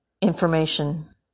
information